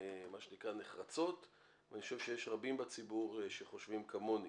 נחרצות ואני חושב שיש רבים בציבור שחושבים כמוני.